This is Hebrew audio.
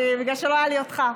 בגלל שלא היה לי אותך.